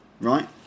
right